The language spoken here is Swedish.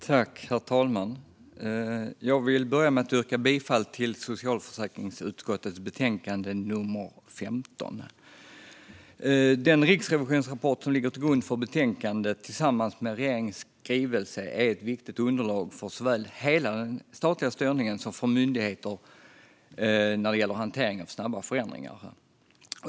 Herr talman! Jag vill börja med att yrka bifall till förslaget i socialförsäkringsutskottets betänkande nummer 15. Den riksrevisionsrapport som ligger till grund för betänkandet tillsammans med regeringens skrivelse är viktiga underlag för såväl hela den statliga styrningen som myndigheterna när det gäller hantering av snabba förändringar.